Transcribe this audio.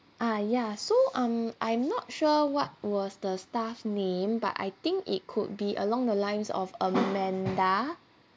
uh ya so mm I'm not sure what was the staff name but I think it could be along the lines of amanda